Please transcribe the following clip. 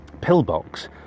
pillbox